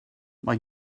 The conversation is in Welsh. mae